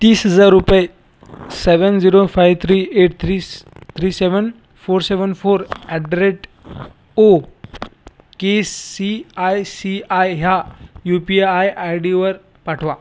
तीस हजार रुपये seven zero five three eight three three seven four seven four at the rate O K C I C I ह्या U P I I डीवर पाठवा